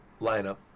lineup